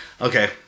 Okay